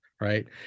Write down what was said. right